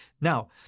now